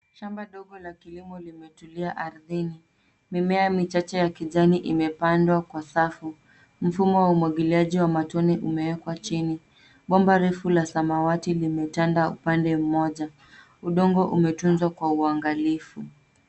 Shamba dogo la kilimo limetulia ardhini. Mimea michache ya kijani imepandwa kwa safu. Mfumo wa umwagiliaji wa matone umewekwa chini. Bomba refu la samawati limetanda upande mmoja. Udongo umetunzwa kwa uangalifu.